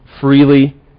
freely